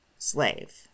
Slave